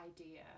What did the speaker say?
idea